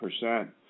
percent